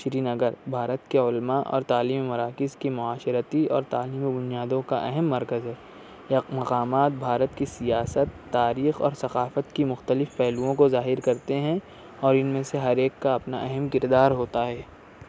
سری نگر بھارت کے علما اور تعلیمی مراکز کی معاشرتی اور تعلیمی بنیادوں کا اہم مرکز ہے مقامات بھارت کی سیاست تاریخ اور ثقافت کی مختلف پہلوؤں کو ظاہر کرتے ہیں اور ان میں سے ہر ایک کا اپنا اہم کردار ہوتا ہے